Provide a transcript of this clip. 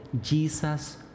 Jesus